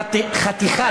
חמש וחצי?